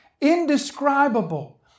indescribable